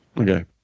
Okay